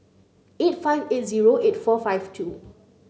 eight five eight zero eight four five two